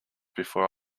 before